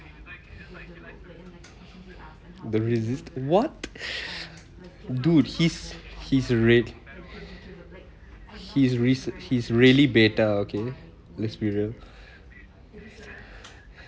the resist what dude he's he's re~ he's re~ he's really beta okay let's be real